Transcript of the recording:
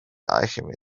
alchemist